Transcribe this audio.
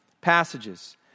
passages